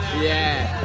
yeah.